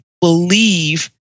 believe